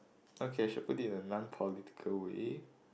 okay I shall put it in a non political way